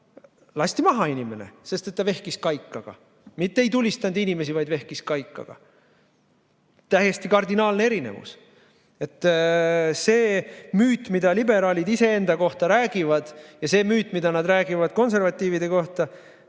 lasti maha inimene, sest ta vehkis kaikaga, mitte ei tulistanud inimesi, vaid vehkis kaikaga. Täiesti kardinaalne erinevus. See müüt, mida liberaalid iseenda kohta räägivad, ja see müüt, mida nad räägivad konservatiivide kohta,